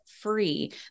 free